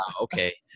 Okay